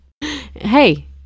hey